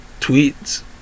Tweets